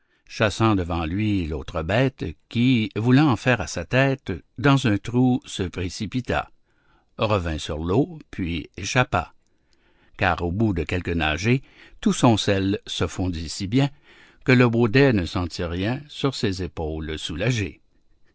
chassant devant lui l'autre bête qui voulant en faire à sa tête dans un trou se précipita revint sur l'eau puis échappa car au bout de quelques nagées tout son sel se fondit si bien que le baudet ne sentit rien sur ses épaules soulagées